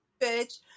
bitch